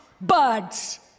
Birds